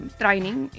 training